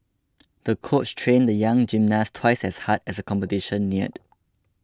the coach trained the young gymnast twice as hard as the competition neared